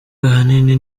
ahanini